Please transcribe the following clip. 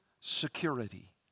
security